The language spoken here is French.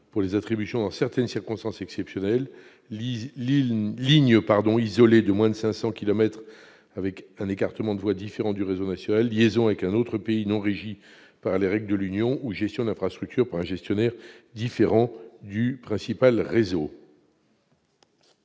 pour des attributions dans certaines circonstances exceptionnelles : ligne isolée de moins de 500 kilomètres avec un écartement des voies différent de celui du réseau national, liaison avec un autre pays non régi par les règles de l'Union européenne ou gestion de l'infrastructure par un gestionnaire différent de celui du principal réseau.